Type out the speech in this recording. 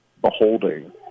beholding